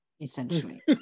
essentially